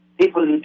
People